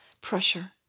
pressure